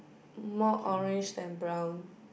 more orange than brown